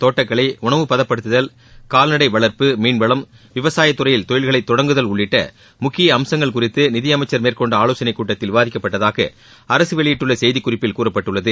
தோட்டக்கலை உணவுப்பதப்படுத்துதல் கால்நடை வளர்ப்பு மீன்வளம் விவசாயத் துறையில் தொழில்களை தொடங்குதல் உள்ளிட்ட முக்கிய அம்சங்கள் குறித்து நிதியமைச்சர் மேற்கொண்ட ஆலோசனைக் கூட்டத்தில் விவாதிக்கப்பட்டதாக அரசு வெளியிட்டுள்ள செய்திக் குறிப்பில் கூறப்பட்டுள்ளது